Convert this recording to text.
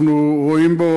אנחנו רואים בו,